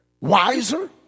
wiser